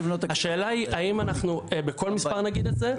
השאלה היא האם אנחנו בכל מספר נגיד את זה?